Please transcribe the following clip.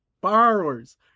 Borrowers